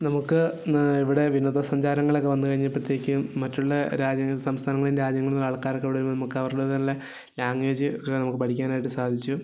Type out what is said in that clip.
നമുക്ക് ഇവിടെ വിനോദ സഞ്ചാരങ്ങളൊക്കെ വന്നു കഴിഞ്ഞപ്പോഴത്തേക്കും മറ്റുള്ള രാജ്യങ്ങൾ സംസ്ഥാനങ്ങളും രാജ്യങ്ങളും ആൾക്കാരൊക്കെ ഇവിടെ നമുക്ക് അവരുടെ നല്ല ലാംഗ്വേജ് ഒക്കെ നമുക്ക് പഠിക്കാനായിട്ട് സാധിച്ചു